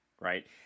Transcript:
right